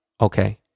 Okay